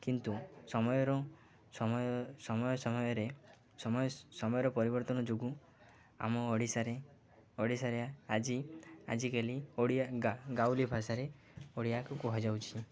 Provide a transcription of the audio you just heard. କିନ୍ତୁ ସମୟରୁ ସମୟ ସମୟ ସମୟରେ ସମୟ ସମୟର ପରିବର୍ତ୍ତନ ଯୋଗୁଁ ଆମ ଓଡ଼ିଶାରେ ଓଡ଼ିଶାରେ ଆଜି ଆଜିକାଲି ଓଡ଼ିଆ ଗାଉଁଲି ଭାଷାରେ ଓଡ଼ିଆକୁ କୁହାଯାଉଛି